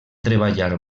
treballar